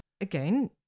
Again